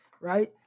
right